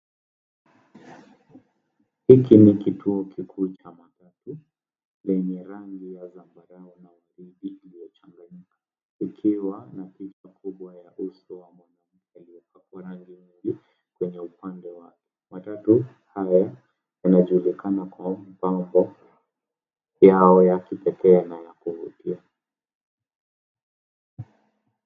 Hiki ni kituo kikuu cha magari, lenye rangi ya zambarau na waridi iliyochanganyika ikiwa na uso kubwa wa mwanamke aliyepakwa rangi nyingi kwenye upande wake. Matatu haya yanajulikana kwa mpango yao ya kipekee na ya kuvutia.